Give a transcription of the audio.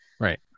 Right